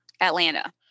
Atlanta